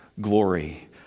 glory